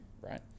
right